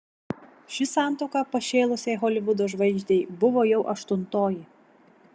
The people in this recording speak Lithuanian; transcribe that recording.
ši santuoka pašėlusiai holivudo žvaigždei buvo jau aštuntoji